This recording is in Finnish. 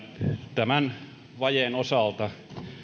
tämän vajeen osalta